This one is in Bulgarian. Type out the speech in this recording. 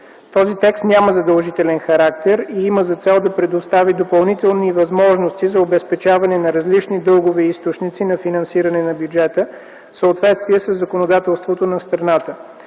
Този текст няма задължителен характер и има за цел да предостави допълнителни възможности за обезпечаване на различни дългове и източници на финансиране на бюджета, в съответствие със законодателството на страната.